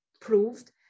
proved